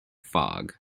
fog